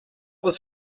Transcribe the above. was